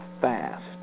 fast